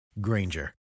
Granger